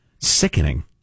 Sickening